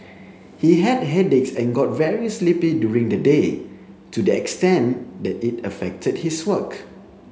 he had headaches and got very sleepy during the day to the extent that it affected his work